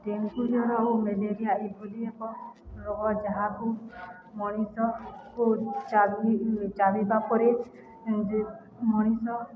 dengue ଜ୍ୱର ଓ malaria ଏଭଳି ଏକ ରୋଗ ଯାହାକୁ ମଣିଷକୁ ଚାବିବା ପରେ ମଣିଷ